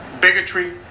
bigotry